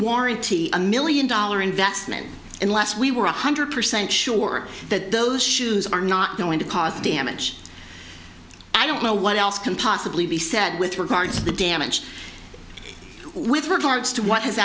warranty a million dollar investment unless we were one hundred percent sure that those shoes are not going to cause damage i don't know what else can possibly be said with regard to the damage with regards to what has